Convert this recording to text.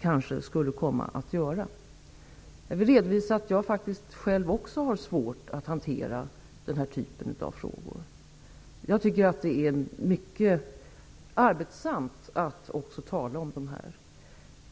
kanske skulle komma att göra. Jag vill redovisa att jag själv faktiskt också har svårt att hantera den här typen av frågor. Jag tycker att det är mycket arbetsamt att tala om dem.